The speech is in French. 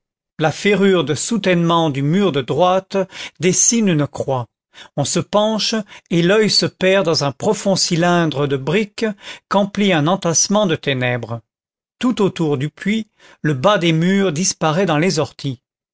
la ferrure de soutènement du mur de droite dessine une croix on se penche et l'oeil se perd dans un profond cylindre de brique qu'emplit un entassement de ténèbres tout autour du puits le bas des murs disparaît dans les orties